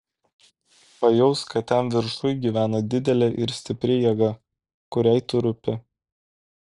pajausk kad ten viršuj gyvena didelė ir stipri jėga kuriai tu rūpi